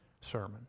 sermon